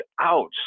out